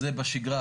זה בשגרה,